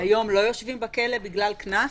היום לא יושבים בכלא בגלל קנס,